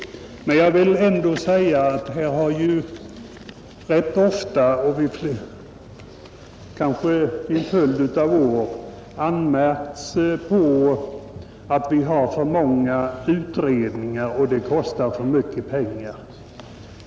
Men jag vill ändå säga att det under en följd av år rätt ofta har anmärkts på att vi har för många utredningar och att de kostar för mycket pengar.